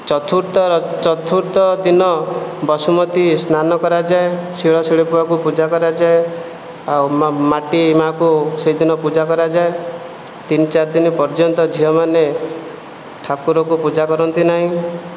ଚତୁର୍ଥ ଚତୁର୍ଥ ଦିନ ବସୁମତୀ ସ୍ନାନ କରାଯାଏ ଶିଳ ଶିଳପୁଆକୁ ପୂଜା କରାଯାଏ ଆଉ ମାଟି ମା'କୁ ସେହିଦିନ ପୂଜା କରାଯାଏ ତିନି ଚାରି ଦିନ ପର୍ଯ୍ୟନ୍ତ ଝିଅମାନେ ଠାକୁରଙ୍କୁ ପୂଜା କରନ୍ତି ନାହିଁ